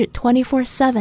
24-7